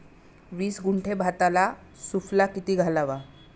वीस गुंठे भाताला सुफला किती घालावा?